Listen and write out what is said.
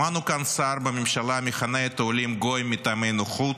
שמענו כאן שר בממשלה מכנה את העולים "גויים מטעמי נוחות".